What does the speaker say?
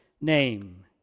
name